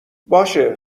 باشه